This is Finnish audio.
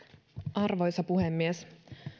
arvoisa puhemies